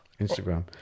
Instagram